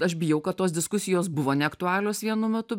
aš bijau kad tos diskusijos buvo neaktualios vienu metu